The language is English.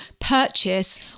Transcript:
purchase